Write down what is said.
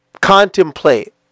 contemplate